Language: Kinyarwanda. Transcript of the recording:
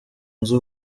nzi